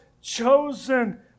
chosen